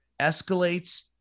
escalates